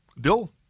Bill